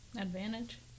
advantage